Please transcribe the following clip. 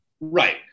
Right